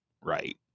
Right